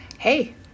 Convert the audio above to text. Hey